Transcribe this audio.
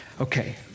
Okay